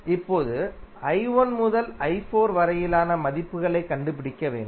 இப்போது முதல் வரையிலான மதிப்புகளைக் கண்டுபிடிக்க வேண்டும்